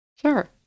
Sure